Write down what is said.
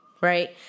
right